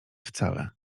wcale